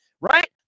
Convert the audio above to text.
right